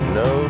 no